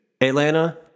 Atlanta